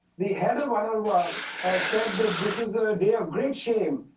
the head of unrwa said that this is a day of great shame,